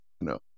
No